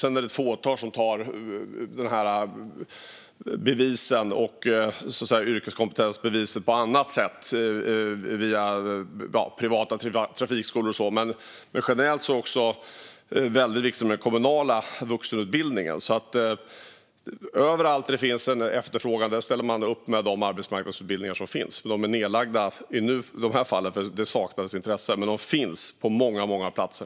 Sedan är det ett fåtal som skaffar yrkeskompetensbevis på annat sätt, via privata trafikskolor och så, men generellt är också den kommunala vuxenutbildningen väldigt viktig. Överallt där det finns en efterfrågan ställer man upp med de arbetsmarknadsutbildningar som behövs. De är nedlagda i de här fallen för att det saknades intresse, men de finns på många platser.